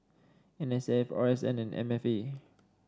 N S F R S N and M F A